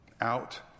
Out